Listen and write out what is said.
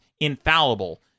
infallible